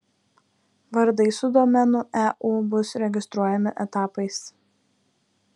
vardai su domenu eu bus registruojami etapais